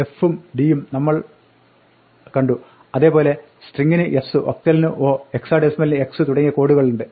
f ഉം d ഉം നമ്മൾ നമ്മൾ കണ്ടു അതേപോലെ സ്ട്രിങ്ങിന് s ഒക്ടലിന് o ഹെക്സാഡെസിമലിന് x തുടങ്ങിയ കോഡുകളുമുണ്ട്